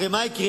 הרי מה יקרה?